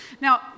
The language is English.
Now